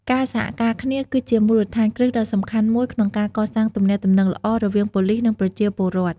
ការសហការគ្នា គឺជាមូលដ្ឋានគ្រឹះដ៏សំខាន់មួយក្នុងការកសាងទំនាក់ទំនងល្អរវាងប៉ូលីស និងប្រជាពលរដ្ឋ។